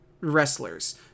wrestlers